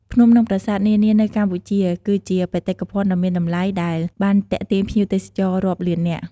ភ្នំ និងប្រាសាទនានានៅកម្ពុជា គឺជាបេតិកភណ្ឌដ៏មានតម្លៃដែលបានទាក់ទាញភ្ញៀវទេសចររាប់លាននាក់។